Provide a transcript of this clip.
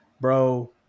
Bro